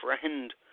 friend